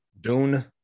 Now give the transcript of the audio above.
Dune